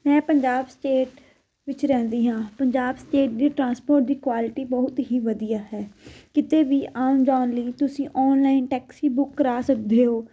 ਮੈਂ ਪੰਜਾਬ ਸਟੇਟ ਵਿੱਚ ਰਹਿੰਦੀ ਹਾਂ ਪੰਜਾਬ ਸਟੇਟ ਦੀ ਟਰਾਂਸਪੋਟ ਦੀ ਕੁਆਲਿਟੀ ਬਹੁਤ ਹੀ ਵਧੀਆ ਹੈ ਕਿਤੇ ਵੀ ਆਉਣ ਜਾਣ ਲਈ ਤੁਸੀਂ ਔਨਲਾਈਨ ਟੈਕਸੀ ਬੁੱਕ ਕਰਾ ਸਕਦੇ ਹੋ